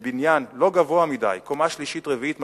לבניין לא גבוה מדי, קומה שלישית, רביעית מספיק,